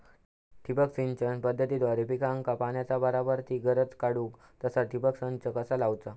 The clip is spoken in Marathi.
ठिबक सिंचन पद्धतीद्वारे पिकाक पाण्याचा बराबर ती गरज काडूक तसा ठिबक संच कसा चालवुचा?